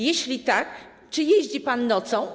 Jeśli tak, czy jeździ pan nocą?